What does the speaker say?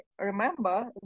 remember